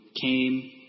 came